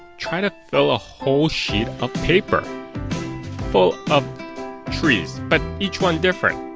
try to fill a whole sheet of paper full up trees but each one different.